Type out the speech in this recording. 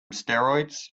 steroids